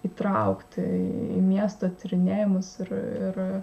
įtraukti į miesto tyrinėjimus ir